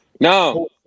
No